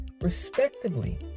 respectively